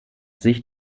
sich